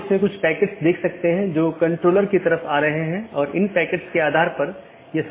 प्रत्येक AS के पास इष्टतम पथ खोजने का अपना तरीका है जो पथ विशेषताओं पर आधारित है